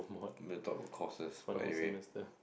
they talk about courses but anyway